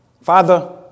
Father